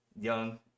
young